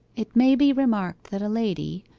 it may be remarked that a lady,